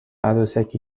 عروسکی